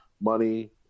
money